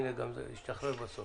הנה זה השתחרר בסוף.